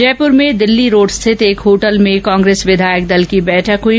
जयपुर में दिल्ली रोड़ स्थित एक होटल में कांग्रेस विधायक दल की बैठक हुई